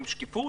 עם שקיפות,